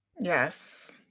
Yes